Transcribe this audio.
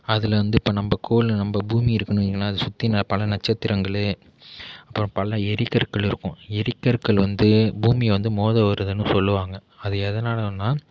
அதில் வந்து இப்போ நம்ப கோள் நம்ப பூமி இருக்குன்னு வையுங்களேன் அதை சுற்றி பல நட்சத்திரங்களும் அப்புறம் பல எரிகற்கள் இருக்கும் எரிகற்கள் வந்து பூமியை வந்து மோத வருதுன்னு சொல்லுவாங்க அது எதனாலென்னா